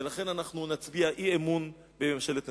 ולכן אנחנו נצביע אי-אמון בממשלת נתניהו.